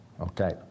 Okay